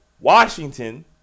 washington